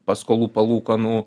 paskolų palūkanų